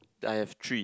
I have three